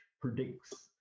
predicts